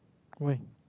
why